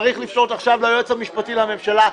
צריך לפנות עכשיו ליועץ המשפטי לממשלה.